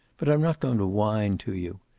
but i'm not going to whine to you.